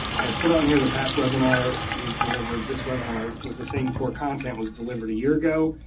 i've put on here the past webinar was delivered, this webinar with the same core content was delivered a year ago,